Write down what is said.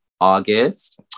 August